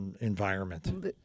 environment